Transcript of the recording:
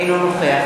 אינו נוכח